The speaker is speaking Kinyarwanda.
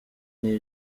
niyo